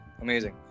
amazing